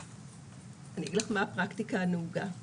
אני אגיד לך מה הפרקטיקה הנהוגה.